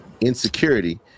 insecurity